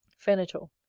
venator.